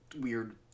weird